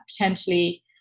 potentially